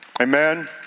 Amen